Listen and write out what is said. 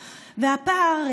והפער,